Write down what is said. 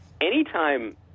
Anytime